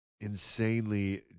insanely